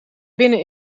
binnen